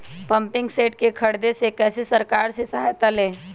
Pumping set के ख़रीदे मे कैसे सरकार से सहायता ले?